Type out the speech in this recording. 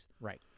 Right